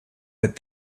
but